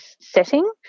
setting